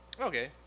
okay